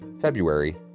February